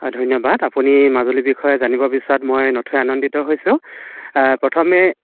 হয় ধন্যবাদ আপুনি মাজুলীৰ বিষয়ে হয় জানিব বিচৰাত মই নথৈ অনন্দিত হৈছোঁ প্ৰথমে